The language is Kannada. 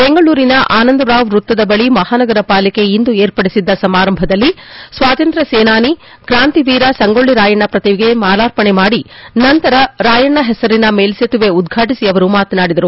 ಬೆಂಗಳೂರಿನ ಆನಂದರಾವ್ ವೃತ್ತದ ಬಳಿ ಮಹಾನಗರ ಪಾಲಿಕೆ ಇಂದು ಏರ್ಪಡಿಸಿದ್ದ ಸಮಾರಂಭದಲ್ಲಿ ಸ್ವಾತಂತ್ರ ಸೇನಾನಿ ಕ್ರಾಂತಿ ವೀರ ಸಂಗೋಳ್ಳರಾಯಣ್ಣ ಪ್ರತಿಮೆಗೆ ಮಾಲಾರ್ಪಣೆ ಮಾಡಿ ನಂತರ ರಾಯಣ್ಣ ಹೆಸರಿನ ಮೇಲು ಸೇತುವೆ ಉದ್ವಾಟಿಸಿ ಅವರು ಮಾತನಾಡಿದರು